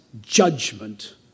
judgment